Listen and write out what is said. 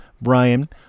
brian